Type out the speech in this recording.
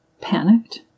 panicked